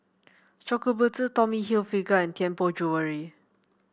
Shokubutsu Tommy Hilfiger and Tianpo Jewellery